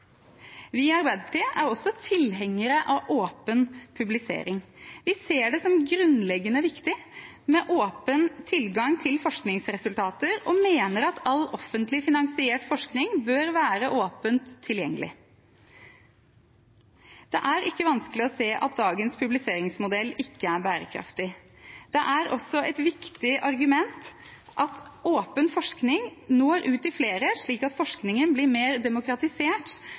Vi i Arbeiderpartiet er også tilhengere av åpen publisering. Vi ser det som grunnleggende viktig med åpen tilgang til forskningsresultater og mener at all offentlig finansiert forskning bør være åpent tilgjengelig. Det er ikke vanskelig å se at dagens publiseringsmodell ikke er bærekraftig. Det er også et viktig argument at åpen forskning når ut til flere, slik at forskningen blir mer demokratisert